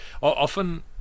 often